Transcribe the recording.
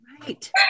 right